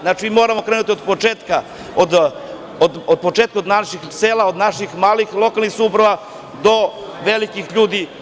Znači, moramo krenuti od početka, od naših sela, od naših malih lokalnih samouprava do velikih ljudi.